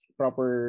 proper